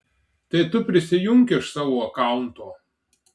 tai tu prisijunk iš savo akaunto